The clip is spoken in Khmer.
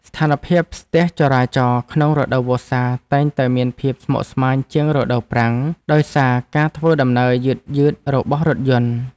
ស្ថានភាពស្ទះចរាចរណ៍ក្នុងរដូវវស្សាតែងតែមានភាពស្មុគស្មាញជាងរដូវប្រាំងដោយសារការធ្វើដំណើរយឺតៗរបស់រថយន្ត។